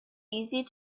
easy